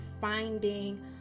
finding